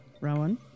Rowan